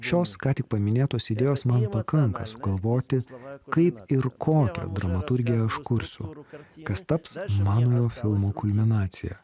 šios ką tik paminėtos idėjos man pakanka sugalvoti kaip ir kokią dramaturgiją aš kursiu kas taps manojo filmo kulminacija